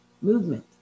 movement